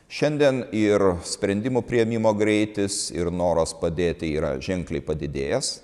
šiandien ir sprendimų priėmimo greitis ir noras padėti yra ženkliai padidėjęs